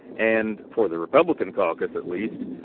and for the republican caucus at least,